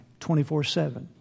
24-7